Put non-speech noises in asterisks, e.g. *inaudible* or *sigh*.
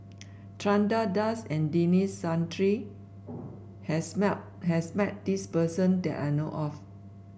Chandra Das and Denis Santry has *unintelligible* has met this person that I know of